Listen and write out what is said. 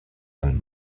man